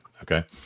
okay